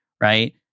right